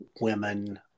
women